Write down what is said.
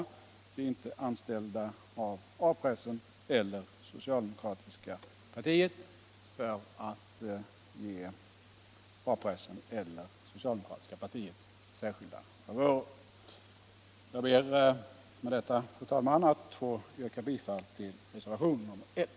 De är inte anställda av A-pressen eller socialdemokratiska partiet för att ge dessa särskilda favörer. Jag ber, fru talman, att få yrka bifall till reservationen 1.